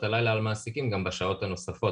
הלילה על מעסיקים גם בשעות הנוספות.